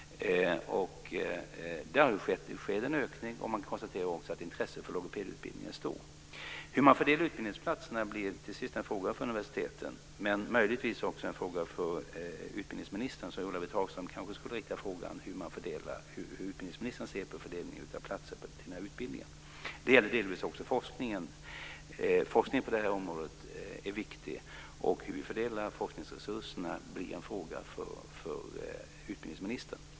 Det sker en ökning. Man konstaterar också att intresset för logopedutbildning är stort. Hur man fördelar utbildningsplatserna blir till sist en fråga för universiteten och möjligtvis också för utbildningsministern. Ulla-Britt Hagström kanske skulle fråga utbildningsministern hur han ser på fördelningen av platser till den här utbildningen. Det gäller delvis också forskningen. Forskningen på det här området är viktig. Hur vi fördelar forskningsresurserna blir en fråga för utbildningsministern.